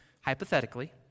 hypothetically